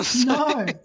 No